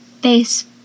face